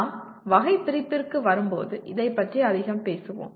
நாம் வகைபிரிப்பிற்கு வரும்போது இதைப் பற்றி அதிகம் பேசுவோம்